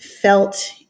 felt